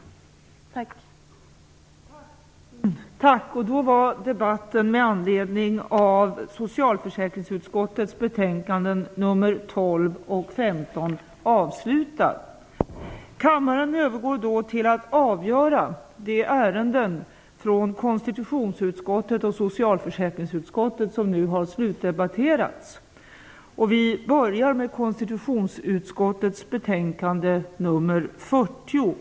Tack!